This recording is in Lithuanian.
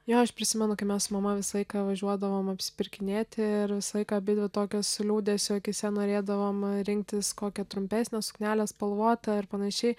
jo aš prisimenu kai mes su mama visą laiką važiuodavom apsipirkinėti ir visą laiką abidvi tokios su liūdesiu akyse norėdavome rinktis kokią trumpesnę suknelę spalvotą ir panašiai